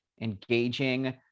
engaging